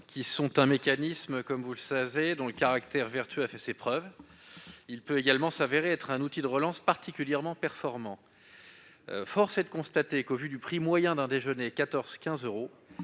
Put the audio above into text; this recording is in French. est un mécanisme dont le caractère vertueux a fait ses preuves. Il peut également s'avérer un outil de relance particulièrement performant. Force est de constater qu'au vu du prix moyen d'un déjeuner, soit 14 ou 15 euros,